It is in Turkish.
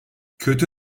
kötü